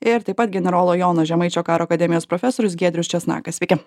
ir taip pat generolo jono žemaičio karo akademijos profesorius giedrius česnakas sveiki